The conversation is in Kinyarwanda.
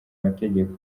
mategeko